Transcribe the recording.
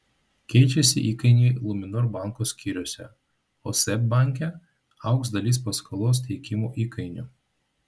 keičiasi įkainiai luminor banko skyriuose o seb banke augs dalis paskolos teikimo įkainių